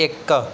ਇੱਕ